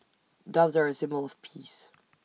doves are A symbol of peace